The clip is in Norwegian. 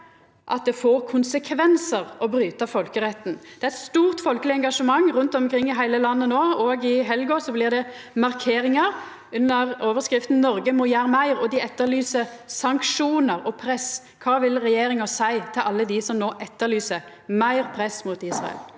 at det får konsekvensar å bryta folkeretten. Det er eit stort folkeleg engasjement rundt omkring i heile landet no. I helga blir det markeringar under overskrifta: Noreg må gjera meir, og dei etterlyser sanksjonar og press. Kva vil regjeringa seia til alle dei som no etterlyser meir press mot Israel?